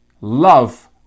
Love